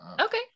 Okay